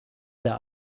der